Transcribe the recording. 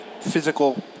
physical